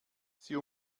sie